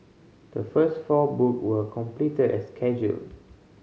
the first four book were completed as scheduled